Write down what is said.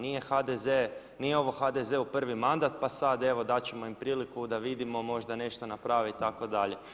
Nije HDZ, nije ovo HDZ-u prvi mandat pa sad evo dat ćemo im priliku da vidimo možda nešto naprave itd.